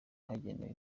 ahagenewe